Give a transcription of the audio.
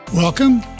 Welcome